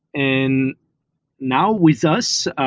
and now with us,